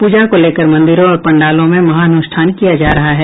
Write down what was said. प्रजा को लेकर मंदिरों और पंडालों में महाअनुष्ठान किया जा रहा है